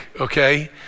okay